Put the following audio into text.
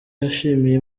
yashimiye